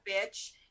bitch